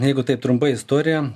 jeigu taip trumpai istoriją